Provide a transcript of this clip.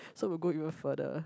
so we'll go even further